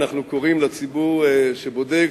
אנחנו קוראים לציבור שבודק,